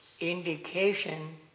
indication